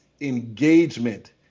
engagement